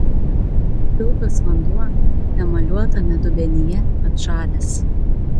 pilkas vanduo emaliuotame dubenyje atšalęs